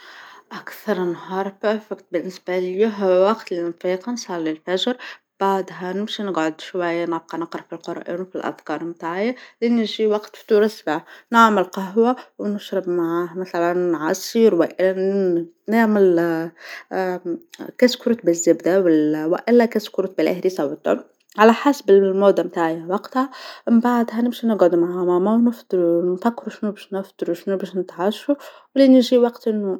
أكثر نهار بيرفكت بالنسبة ليا هو الوقت لي نفيقو نصلى الفجر بعدها نمشي نقعد شوية نبقى نقرأ في القرآن وفي الأذكار بتاعي لأن يجى وقت فطور الصبح نعمل قهوة ونشرب معاه مثلا عصير نعمل كشكوريك بالزبدة وإلا كشكوريك بالهريسة و الدرة على حسب المود بتاعى وقتها من بعدها نمشي نقعد مع ماما ونفطروا نفكرو شنو باش نفطرو شنو باش نتعشو ولايني يجي وقت النوم